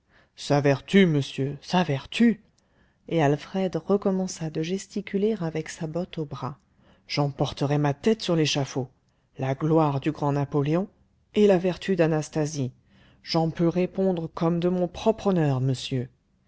sa vertu monsieur sa vertu et alfred recommença de gesticuler avec sa botte au bras j'en porterais ma tête sur l'échafaud la gloire du grand napoléon et la vertu d'anastasie j'en peux répondre comme de mon propre honneur monsieur